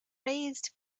raised